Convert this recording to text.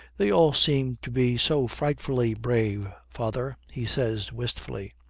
they all seem to be so frightfully brave, father he says wistfully.